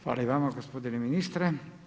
Hvala i vama gospodine ministre.